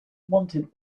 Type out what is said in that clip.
wanted